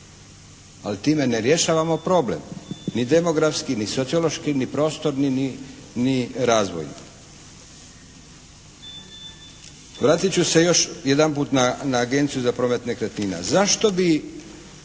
Ali time ne rješavamo problem ni demografski, ni sociološki, ni prostorni, ni razvojni. Vratit ću se još jedanput na Agenciju za promet nekretnina. Zašto bi